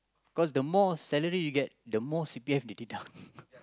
cause the more salary you get the more C_P_F they deduct